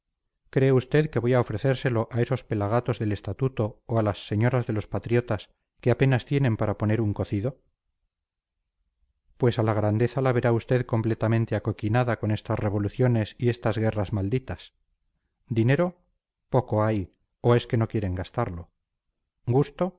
cree usted que voy a